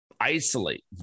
isolate